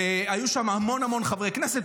היו שם המון חברי כנסת,